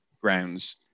grounds